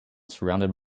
surrounded